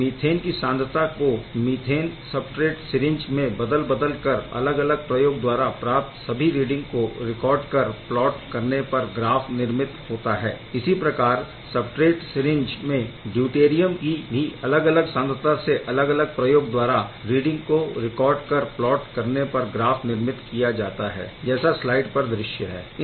इस मीथेन की सांद्रता को मीथेन सबस्ट्रेट सिरिंज में बदल बदल कर अलग अलग प्रयोग द्वारा प्राप्त सभी रीडिंग को रेकॉर्ड कर प्लॉट करने पर ग्राफ निर्मित होता है इसी प्रकार सबस्ट्रेट सिरिंज में ड्यूटेरियम की भी अलग अलग सांद्रता से अलग अलग प्रयोग द्वारा रीडिंग को रेकॉर्ड कर प्लॉट करने पर ग्राफ निर्मित किया जाता है जैसा स्लाइड पर दृश्य है